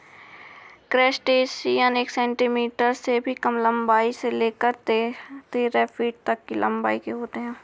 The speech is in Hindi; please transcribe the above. क्रस्टेशियन एक सेंटीमीटर से भी कम लंबाई से लेकर तेरह फीट तक की लंबाई के होते हैं